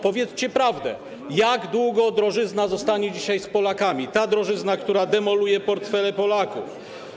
Powiedzcie prawdę: Jak długo drożyzna zostanie z Polakami, ta drożyzna, która dzisiaj demoluje portfele Polaków?